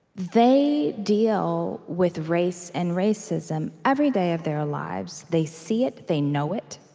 they deal with race and racism every day of their lives. they see it. they know it.